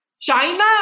China